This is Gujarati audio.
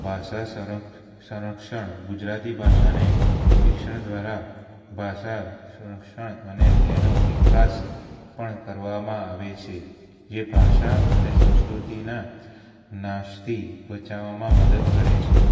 ભાષા સંરક્ષણ ગુજરાતી ભાષાને શિક્ષણ દ્વારા ભાષા સંરક્ષણ અને તેનો વિકાસ પણ કરવામાં આવે છે જે ભાષા અને સંસ્કૃતિના નાશથી બચાવવામાં મદદ કરે છે